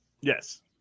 Yes